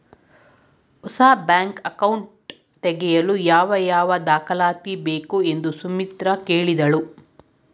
ಹೊಸ bank account ತೆಗೆಯಲು ಯಾವ ಯಾವ ದಾಖಲಾತಿ ಬೇಕು ಎಂದು ಸುಮಿತ್ರ ಕೇಳಿದ್ಲು